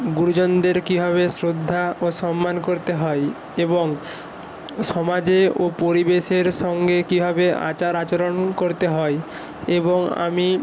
গুরুজনদের কীভাবে শ্রদ্ধা ও সম্মান করতে হয় এবং সমাজে ও পরিবেশের সঙ্গে কীভাবে আচার আচরণ করতে হয় এবং আমি